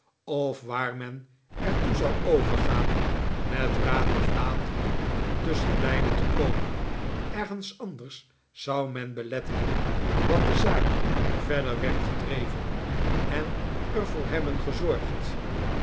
of waar men er toe zou overgaan met raad of daad tusschenbeide te komen ergens anders zou men belet hebben dat de zaak verder werd gedreven en er voor hebben gezorgd